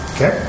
Okay